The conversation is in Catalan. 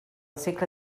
segle